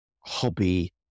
hobby